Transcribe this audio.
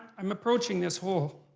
i'm approaching this whole